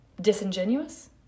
disingenuous